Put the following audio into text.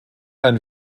ein